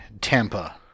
Tampa